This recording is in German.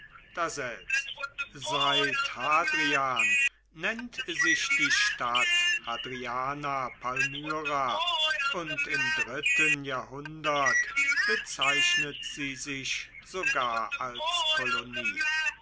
daselbst seit hadrian nennt sich die stadt hadriana palmyra und im dritten jahrhundert bezeichnet sie sich sogar als kolonie